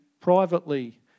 privately